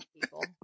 people